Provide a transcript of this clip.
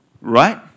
right